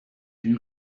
but